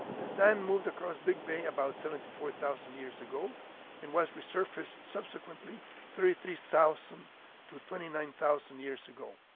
the sand moved across big bay about seventy four thousand years ago and was resurfaced subsequently thirty three thousand to twenty nine thousand years ago.